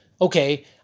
okay